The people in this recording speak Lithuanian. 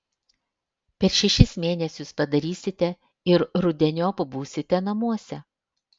per šešis mėnesius padarysite ir rudeniop būsite namuose